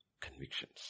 convictions